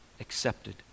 accepted